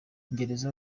gereza